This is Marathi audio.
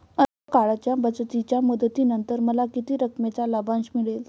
अल्प काळाच्या बचतीच्या मुदतीनंतर मला किती रकमेचा लाभांश मिळेल?